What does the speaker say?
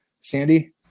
Sandy